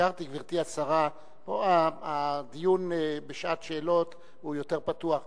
גברתי השרה, הדיון בשעת שאלות הוא יותר פתוח.